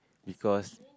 because